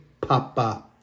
Papa